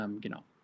genau